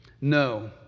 No